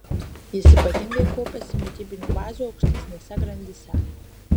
jis ypatingai kaupiasi mitybinių bazių aukštesnėse grandyse